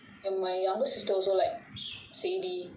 and my younger sister also like say this